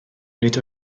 nid